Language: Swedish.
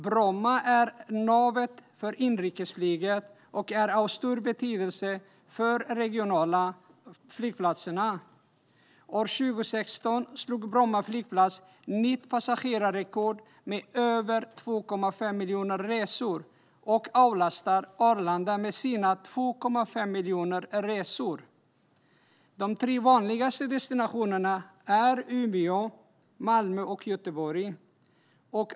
Bromma är navet för inrikesflyget och är av stor betydelse för de regionala flygplatserna. År 2016 slog Bromma flygplats nytt passagerarrekord med över 2,5 miljoner resor och avlastar Arlanda med sina 2,5 miljoner resor. De tre vanligaste destinationerna är Umeå, Malmö och Göteborg.